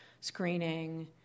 screening